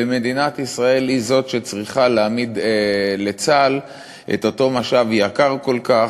ומדינת ישראל היא זאת שצריכה להעמיד לצה"ל את אותו משאב יקר כל כך,